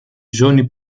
ζώνη